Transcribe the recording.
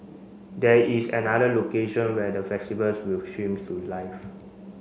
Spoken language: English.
there is another location where the festivals will streams to live